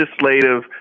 legislative